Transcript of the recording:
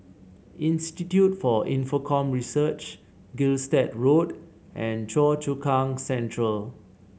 Institute for Infocomm Research Gilstead Road and Choa Chu Kang Central